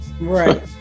right